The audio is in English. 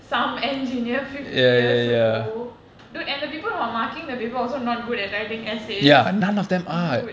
some engineer fifty years ago dude and the people who are marking the paper also not good at writing essays dude